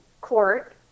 court